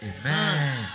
Amen